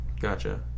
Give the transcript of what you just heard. gotcha